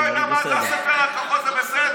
גם אם אני לא יודע מה זה הספר הכחול זה בסדר,